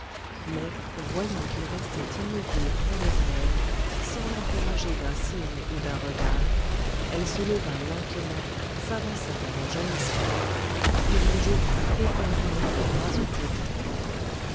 mais voyant qu'il restait immobile près de ra'hel sans l'encourager d'un signe ou d'un regard elle se leva lentement s'avança près de la jeune israélite et lui jeta éperdument les bras autour du col